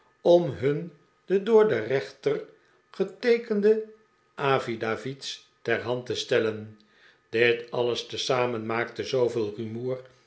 om hun de door den rechter geteekende affidavits ter hand te stellen dit alles tezamen maakte zooveel rumoer